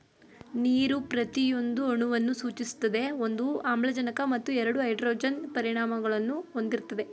ನೀರು ಪ್ರತಿಯೊಂದು ಅಣುವನ್ನು ಸೂಚಿಸ್ತದೆ ಒಂದು ಆಮ್ಲಜನಕ ಮತ್ತು ಎರಡು ಹೈಡ್ರೋಜನ್ ಪರಮಾಣುಗಳನ್ನು ಹೊಂದಿರ್ತದೆ